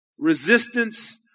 resistance